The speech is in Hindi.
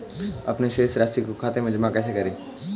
अपने शेष राशि को खाते में जमा कैसे करें?